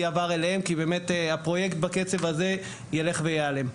עבר אליהם כי בקצב הזה הפרויקט באמת ילך וייעלם.